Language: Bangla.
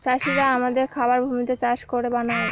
চাষিরা আমাদের খাবার ভূমিতে চাষ করে বানায়